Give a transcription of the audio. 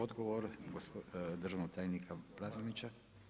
Odgovor državnog tajnika Plazonića.